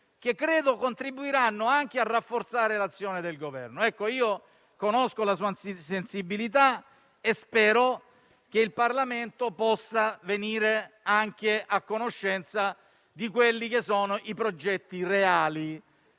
che credo contribuiranno anche a rafforzare l'azione del Governo. Signor Ministro, conosco la sua sensibilità e spero che il Parlamento possa venire a conoscenza dei progetti reali.